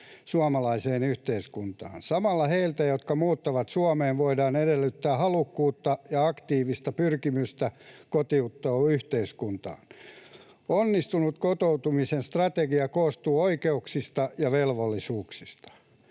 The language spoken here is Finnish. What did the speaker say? suomalaiseen yhteiskuntaan. Samalla heiltä, jotka muuttavat Suomeen, voidaan edellyttää halukkuutta ja aktiivista pyrkimystä kotoutua yhteiskuntaan. Onnistunut kotoutumisen strategia koostuu oikeuksista ja velvollisuuksista.